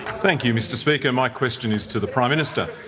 thank you mr speaker. my question is to the prime minister.